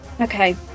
Okay